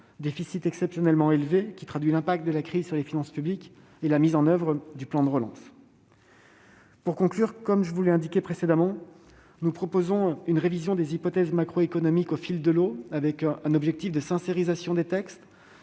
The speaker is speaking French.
déficit exceptionnellement élevé qui traduit l'impact de la crise sur les finances publiques et la mise en oeuvre du plan de relance. Pour conclure, nous proposons, comme je vous l'ai dit, une révision des hypothèses macroéconomiques au fil de l'eau, avec un objectif de sincérisation des textes